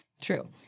true